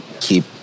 keep